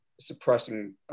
suppressing